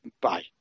Bye